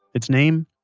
it's name,